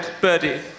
Birdie